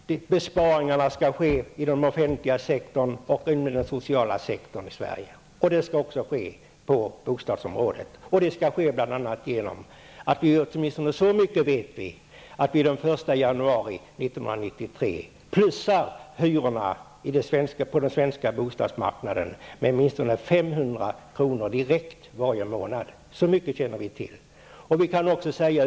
Besparingarna skall ske inom den offentliga sektorn och i den sociala sektorn i Sverige, och det skall också ske på bostadsområdet. Vi vet i alla fall så mycket som att hyrorna på den svenska bostadsmarknaden den 1 januari 1993 ökar med åtminstone 500 kr. direkt varje månad. Så mycket känner vi till.